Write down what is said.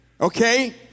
Okay